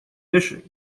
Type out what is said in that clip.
fishing